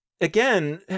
again